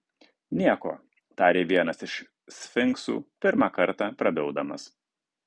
nieko tarė vienas iš sfinksų pirmą kartą prabildamas